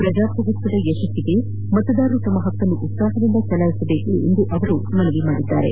ಪ್ರಜಾಪ್ರಭುತ್ವದ ಯಶಸ್ವಿಗೆ ಮತದಾರರು ತಮ್ಮ ಹಕ್ಕನ್ನು ಉತ್ಲಾಹದಿಂದ ಚಲಾಯಿಸಬೇಕು ಎಂದು ಮನವಿಯಲ್ಲಿ ಹೇಳಿದ್ದಾರೆ